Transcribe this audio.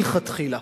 מלכתחילה.